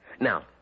Now